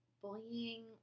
bullying